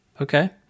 Okay